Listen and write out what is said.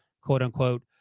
quote-unquote